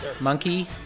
monkey